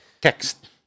Text